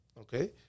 okay